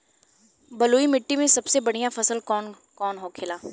बलुई मिट्टी में सबसे बढ़ियां फसल कौन कौन होखेला?